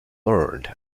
learned